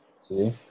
See